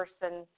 person